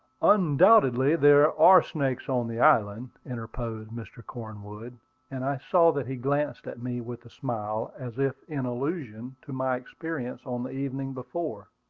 undoubtedly there are snakes on the island, interposed mr. cornwood and i saw that he glanced at me, with a smile, as if in allusion to my experience on the evening before.